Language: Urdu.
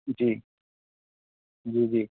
جی جی جی